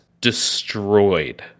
destroyed